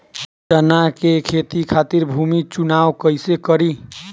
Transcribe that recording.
चना के खेती खातिर भूमी चुनाव कईसे करी?